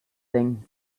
thing